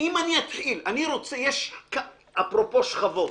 אם אני אתחיל אפרופו שכבות,